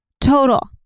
total